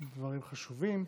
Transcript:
דברים חשובים.